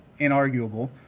inarguable